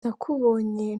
ndakubonye